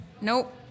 Nope